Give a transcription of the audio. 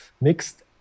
mixed